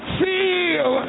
feel